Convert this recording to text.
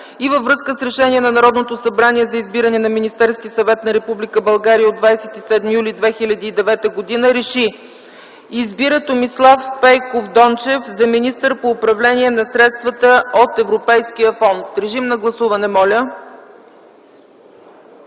и във връзка с Решение на Народното събрание за избиране на Министерски съвет на Република България от 27 юли 2009 г. РЕШИ: Избира Томислав Пейков Дончев за министър по управление на средствата от Европейския съюз.” Гласували